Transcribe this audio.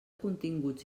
continguts